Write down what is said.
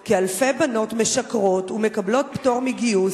כי אלפי בנות משקרות ומקבלות פטור מגיוס